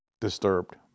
disturbed